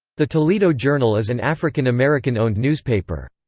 the toledo journal is an african-american owned newspaper.